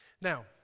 Now